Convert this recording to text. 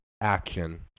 action